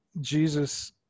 Jesus